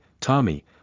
Tommy